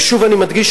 ושוב אני מדגיש,